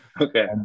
Okay